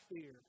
fear